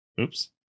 Oops